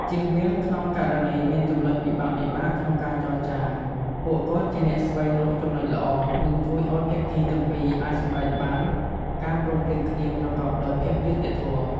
ជៀសវាង ក្នុងករណីមានចំណុចពិបាកៗក្នុងការចរចា ពួកគាត់ជាអ្នកស្វែងរកចំណុចល្អ និងជួយឱ្យភាគីទាំងពីរអាចសម្រេចបានការព្រមព្រៀងគ្នាប្រកបដោយភាពយុត្តិធម៌។